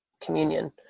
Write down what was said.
communion